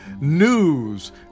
news